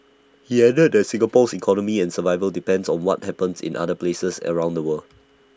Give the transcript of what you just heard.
he added that Singapore's economy and survival depend on what happens in other places around the world